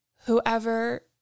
Whoever